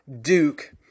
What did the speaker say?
Duke